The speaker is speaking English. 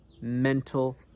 mental